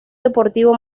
deportivo